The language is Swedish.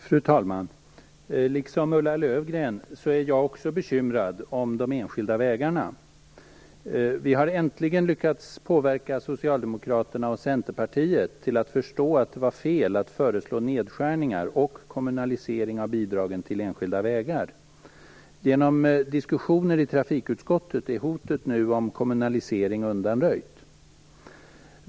Fru talman! Liksom Ulla Löfgren är jag bekymrad om de enskilda vägarna. Vi har äntligen lyckats påverka Socialdemokraterna och Centerpartiet så att de förstår att det var fel att föreslå nedskärningar och kommunalisering av bidragen till enskilda vägar. Genom diskussioner i trafikutskottet är hotet om kommunaliseringen nu undanröjt.